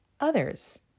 others